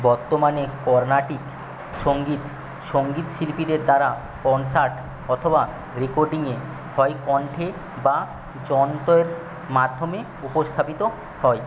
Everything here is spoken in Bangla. বর্তমানে কর্ণাটিক সঙ্গীত সঙ্গীতশিল্পীদের দ্বারা কনসার্ট অথবা রেকর্ডিংয়ে হয় কণ্ঠে বা যন্ত্রের মাধ্যমে উপস্থাপিত হয়